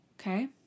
Okay